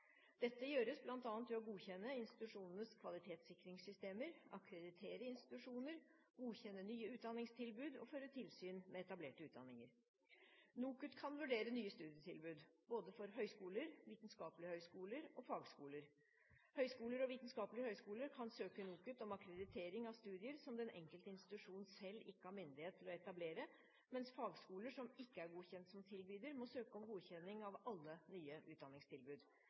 Dette gjøres bl.a. ved å godkjenne institusjonenes kvalitetssikringssystemer, akkreditere institusjoner, godkjenne nye utdanningstilbud og føre tilsyn med etablerte utdanninger. NOKUT kan vurdere nye studietilbud for både høyskoler, vitenskapelige høyskoler og fagskoler. Høyskoler og vitenskapelige høyskoler kan søke NOKUT om akkreditering av studier som den enkelte institusjon selv ikke har myndighet til å etablere, mens fagskoler som ikke er godkjent som tilbyder, må søke om godkjenning av alle nye utdanningstilbud.